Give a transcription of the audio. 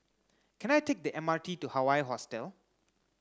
can I take the M R T to Hawaii Hostel